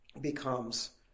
becomes